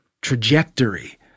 trajectory